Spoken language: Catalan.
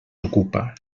ocupa